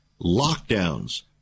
lockdowns